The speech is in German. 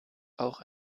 auch